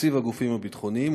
תקציב הגופים הביטחוניים,